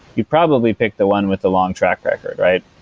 you'd probably pick the one with the long track record, right?